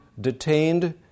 detained